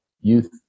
youth